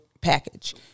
package